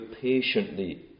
patiently